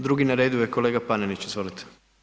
Drugi na redu je kolega Panenić, izvolite.